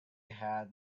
had